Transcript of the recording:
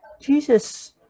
Jesus